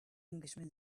englishman